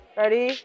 ready